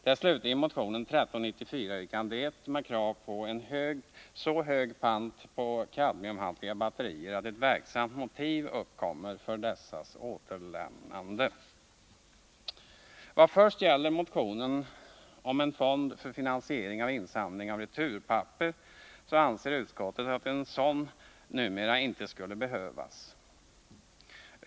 Det är slutligen motion 1394, yrkandet 1, med krav på en så hög pant på kadmiumhaltiga batterier att ett verksamt motiv uppkommer för deras återlämnande. Vad först gäller motionen om en fond för finansiering av insamling av returpapper anser utskottet att en sådan numera inte skulle behövas.